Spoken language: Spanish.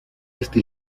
este